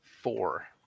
Four